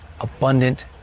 abundant